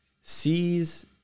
sees